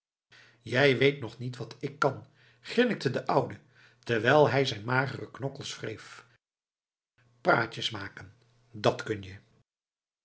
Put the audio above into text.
jij weet nog niet wat ik kan grinnikte de oude terwijl hij zijn magere knokkels wreef praatjes maken dat kun je